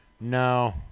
No